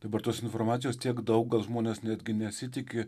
dabar tos informacijos tiek daug gal žmonės netgi nesitiki